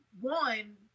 one